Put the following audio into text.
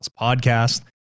podcast